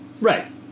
right